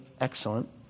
excellent